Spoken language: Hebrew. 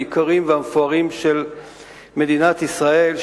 היקרים והמפוארים של מדינת ישראל,